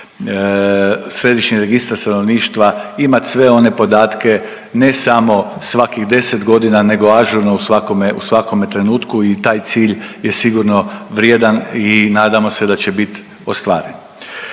središnji registar stanovništva imat sve one podatke, ne samo svakih 10 godina nego ažurno u svakome, u svakome trenutku i taj cilj je sigurno vrijedan i nadamo se da će bit ostvaren.